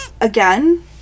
Again